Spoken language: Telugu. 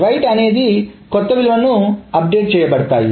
రైట్ అనేది కొత్త విలువలకు నవీకరించబడతాయి